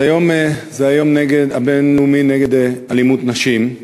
אז היום זה היום הבין-לאומי נגד אלימות כלפי נשים,